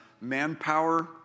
manpower